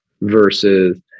versus